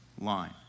line